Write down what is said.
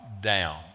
down